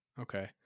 Okay